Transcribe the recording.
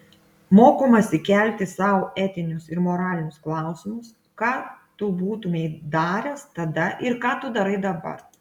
mokomasi kelti sau etinius ir moralinius klausimus ką tu būtumei daręs tada ir ką tu darai dabar